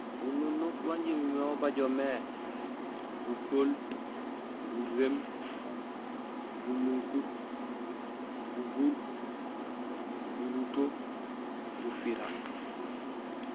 Ununuk waan injé imimé wabajomé: bukool, buréém, bumunkut, bubuur, buruto, bufira.